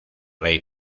rey